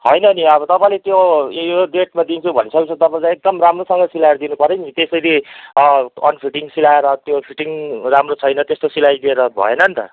होइन नि अब तपाईँले त्यो यो डेटमा दिन्छु भनिसके पछि त तपाईँको एकदम राम्रोसँग सिलाएर दिनु पर्यो नि त्यसरी अनफिटिङ सिलाएर त्यो फिटिङ राम्रो छैन त्यस्तो सिलाइ दिएर भएन नि त